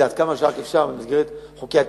עד כמה שרק אפשר במסגרת חוקי התכנון.